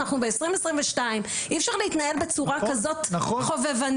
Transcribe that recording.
אנחנו ב- 2022. אי אפשר להתנהל בצורה כזו חובבנית,